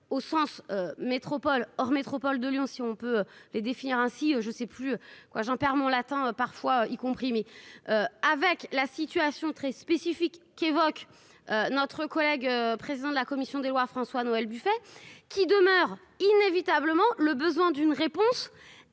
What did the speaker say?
au sens métropole hors métropole de Lyon, si on peut les définir ainsi : je sais plus quoi j'en perds mon latin, parfois, y compris avec la situation très spécifique qui évoque notre collègue, président de la commission des Lois François-Noël Buffet. Qui demeure inévitablement le besoin d'une réponse